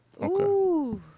Okay